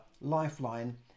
lifeline